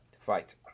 Fight